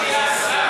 עד שהוא נהיה שר,